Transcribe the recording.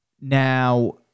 Now